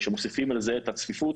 כשמוסיפים לזה את הצפיפות,